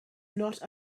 not